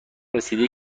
رسیده